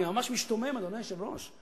אני ממש משתומם, אדוני היושב-ראש.